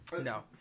No